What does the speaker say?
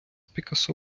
пікассо